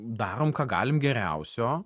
darom ką galim geriausio